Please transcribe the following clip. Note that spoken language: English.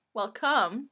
welcome